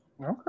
Okay